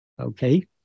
Okay